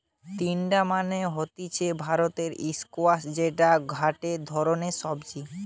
তিনডা মানে হতিছে ভারতীয় স্কোয়াশ যেটা গটে ধরণের সবজি